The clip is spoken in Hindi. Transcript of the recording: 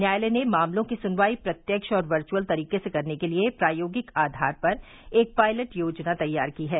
न्यायालय ने मामलों की सुनवाई प्रत्यक्ष और वर्चुअल तरीके से करने के लिए प्रायोगिक आधार पर एक पायलट योजना तैयार की है